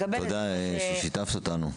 תודה ששיתפת אותנו.